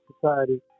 society